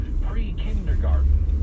pre-kindergarten